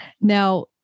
Now